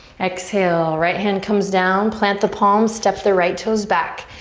exhale. right hand comes down. plant the palms, step the right toes back.